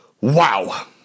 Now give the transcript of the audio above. Wow